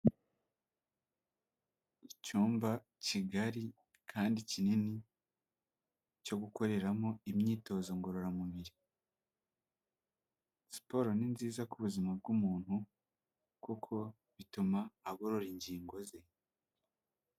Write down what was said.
Icyumba kigari kandi kinini cyo gukoreramo imyitozo ngororamubiri, siporo ni nziza ku buzima bw'umuntu kuko bituma agorora ingingo ze.